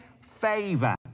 favor